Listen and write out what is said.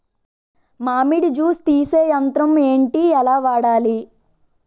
మామిడి జూస్ తీసే యంత్రం ఏంటి? ఎలా వాడాలి?